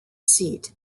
seat